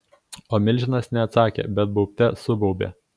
o milžinas ne atsakė bet baubte subaubė